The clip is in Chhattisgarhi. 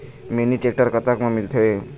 मिनी टेक्टर कतक म मिलथे?